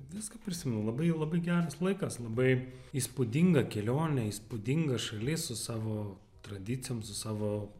viską prisimenu labai labai geras laikas labai įspūdinga kelionė įspūdinga šalis su savo tradicijom su savo